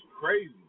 crazy